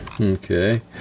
Okay